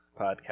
podcast